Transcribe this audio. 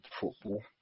football